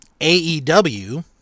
AEW